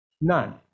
none